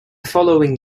following